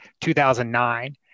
2009